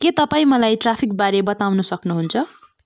के तपाईँ मलाई ट्राफिक बारे बताउन सक्नुहुन्छ